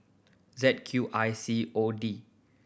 Z Q I C O D